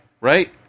right